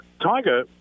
Tiger